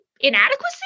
inadequacy